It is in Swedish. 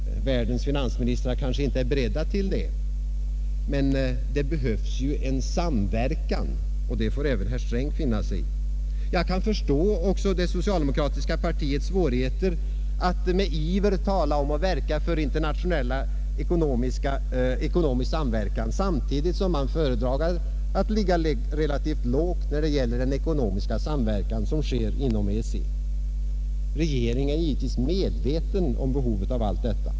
” Världens finansministrar kanske inte är beredda till det, det behövs ju en samverkan, och det får även herr Sträng finna sig i. Jag kan också förstå det socialdemokratiska partiets svårigheter att med iver tala om att verka för internationell ekonomisk samverkan, samtidigt som man föredrar att ligga relativt lågt när det gäller den ekonomiska samverkan som förekommer inom EEC. Regeringen är givetvis medveten om behovet av allt detta.